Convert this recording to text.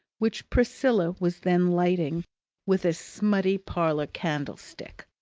which priscilla was then lighting with a smutty parlour candlestick,